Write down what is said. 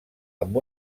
amb